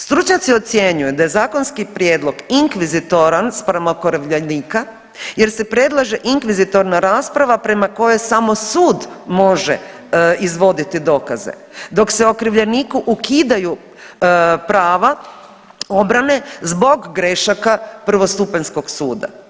Stručnjaci ocjenjuju da je zakonski prijedlog inkvizitoran spram okrivljenika jer se predlaže inkvizitorna rasprava prema kojoj samo sud može izvoditi dokaze dok se okrivljeniku ukidaju prava obrane zbog grešaka prvostupanjskog suda.